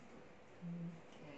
hmm